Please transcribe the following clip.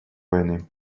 войны